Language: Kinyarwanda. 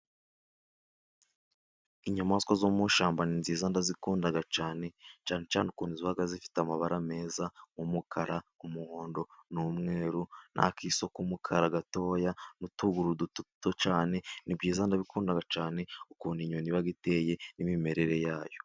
Inyamaswa zo mushyamba ni nziza ndazikunda cyane, cyane cyane ukuntu ziba zifite amabara meza, nk'umukara, umuhondo n'umweru n'akiso k mukara gatoya, n'utuguru duto cyane, nibyiza ndabikunda cyane, ukuntu inyoni iba iteye, n'imimerere yayo.